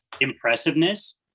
impressiveness